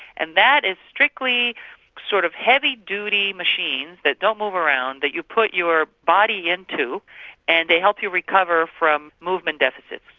and that is strictly sort of heavy-duty machines that don't move around that you put your body into and they help you recover from movement deficits.